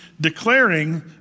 declaring